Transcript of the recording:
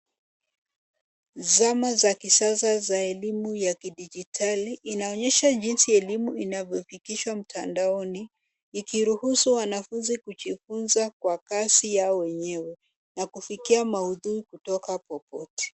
Zana za kisasa za elimu ya kidijitali inaonyesha jinsi elimu inavyofikishwa mtandaoni ikiruhusu wanafunzi kujifunza kwa kasi yao wenyewe na kufikia maudhui kutoka popote.